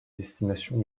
destination